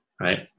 right